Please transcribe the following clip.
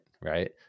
Right